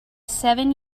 seven